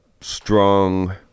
strong